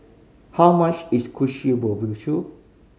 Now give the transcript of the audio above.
how much is Kushikatsu